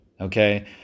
okay